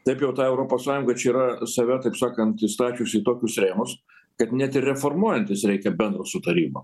taip jau ta europos sąjungoj čia yra save taip sakant įstačiusi į tokius rėmus kad net ir reformuojantis reikia bendro sutarimo